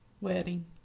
wedding